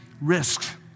risk